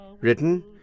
Written